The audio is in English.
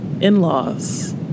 in-laws